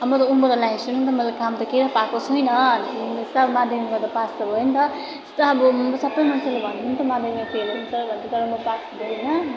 अब म उँभो त लागेको छुइनँ मैले काम त केहीमा पाएको छुइनँ जस्तै माध्यमिकमा त पास त भए नि त यस्तो अब सबै मान्छेले भन्थ्यो नि त माध्यमिकमा फेल हुन्छ भन्थ्यो तर म पास भए होइन